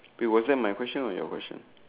we wasn't my question or your question